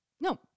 No